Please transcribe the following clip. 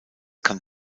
kann